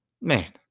Man